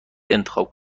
انتخاب